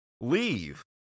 Leave